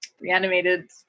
reanimated